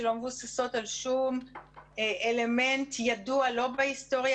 שלא מבוססות על שום אלמנט ידוע לא בהיסטוריה